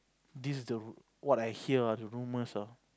this the what I hear ah the rumors ah